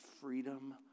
freedom